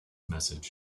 message